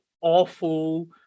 awful